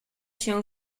się